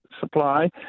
supply